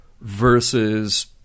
versus